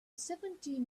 seventeen